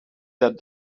that